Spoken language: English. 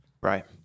Right